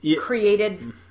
created